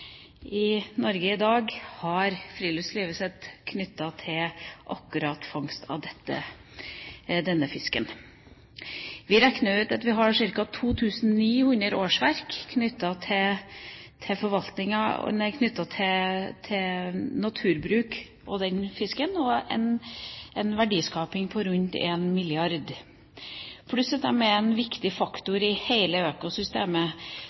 i Norge i dag har friluftslivet sitt knyttet til fangst av akkurat denne fisken. Vi regner med at vi har ca. 2 900 årsverk knyttet til naturbruk og denne fisken og en verdiskaping på rundt 1 mrd. kr, pluss at den er en viktig faktor i hele økosystemet.